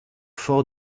forts